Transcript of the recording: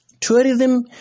Tourism